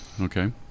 Okay